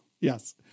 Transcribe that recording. Yes